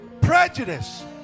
prejudice